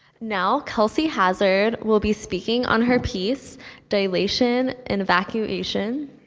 now, kelsey hazzard will be speaking on her piece dilation and evacuation.